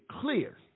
clear